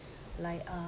like a